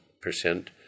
percent